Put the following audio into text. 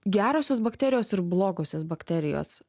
gerosios bakterijos ir blogosios bakterijos